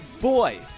boy